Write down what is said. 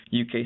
UK